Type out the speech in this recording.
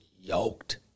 yoked